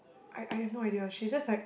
I I have no idea she just like